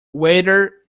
waiter